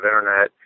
Internet